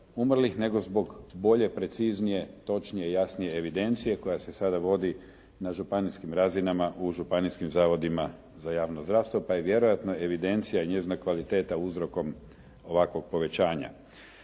nego zbog bolje, preciznije točnije i jasnije evidencije koja se sada vodi na županijskim razinama u županijskim zavodima za javno zdravstvo pa je vjerojatno evidencija i njezina kvaliteta uzrokom ovakvog povećanja.